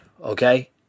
Okay